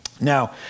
Now